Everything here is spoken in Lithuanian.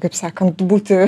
kaip sakant būti